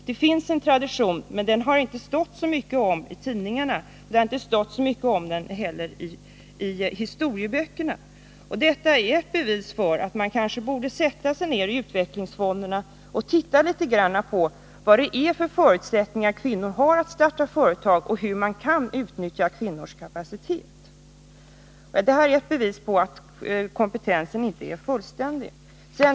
Det finns en tradition, men den har det inte stått så mycket om i tidningarna och inte heller i historieböckerna. Detta är ett bevis för att man kanske borde sätta sig ned i utvecklingsfonderna och titta litet grand på vilka förutsättningar kvinnor har att starta eget och hur man kan utnyttja kvinnors kapacitet. Detta är ett bevis på att kompetensen inte är fullständig.